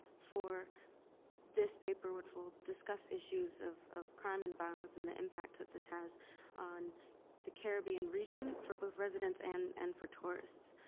for this paper, which we'll discuss issues of of crime and violence and the impact that this has on the caribbean region for both residents and and for tourists.